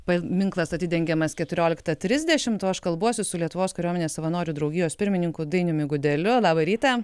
paminklas atidengiamas keturioliktą trisdešimt o aš kalbuosi su lietuvos kariuomenės savanorių draugijos pirmininku dainiumi gudeliu labą rytą